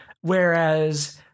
Whereas